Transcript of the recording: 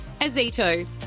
Azito